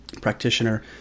practitioner